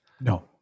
No